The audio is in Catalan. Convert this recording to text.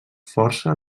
força